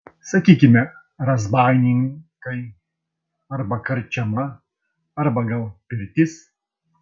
sakykime razbaininkai arba karčiama arba gal pirtis